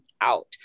out